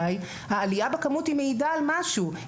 מעידה על משהו.